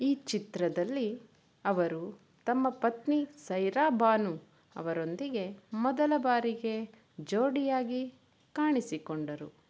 ಈ ಚಿತ್ರದಲ್ಲಿ ಅವರು ತಮ್ಮ ಪತ್ನಿ ಸೈರಾ ಬಾನು ಅವರೊಂದಿಗೆ ಮೊದಲ ಬಾರಿಗೆ ಜೋಡಿಯಾಗಿ ಕಾಣಿಸಿಕೊಂಡರು